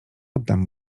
oddam